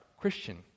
Christian